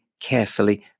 carefully